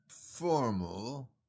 formal